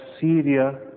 Syria